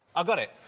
i've got it.